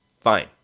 Fine